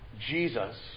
Jesus